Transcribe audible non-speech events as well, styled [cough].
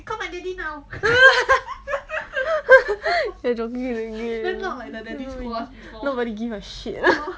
[laughs] they don't give err nobody give a shit